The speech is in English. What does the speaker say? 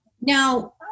Now